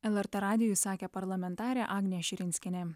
lrt radijui sakė parlamentarė agnė širinskienė